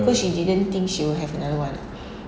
cause she didn't think she will have another one ah